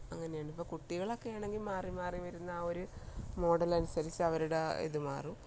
അങ്ങനെയാണ് ഇപ്പോൾ കുട്ടികളൊക്കെ ആണെങ്കിൽ മാറി മാറി വരുന്ന ആ ഒരു മോഡലനുസരിച്ച് അവരുടെ ആ ഇത് മാറും